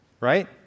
Right